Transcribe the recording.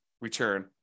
return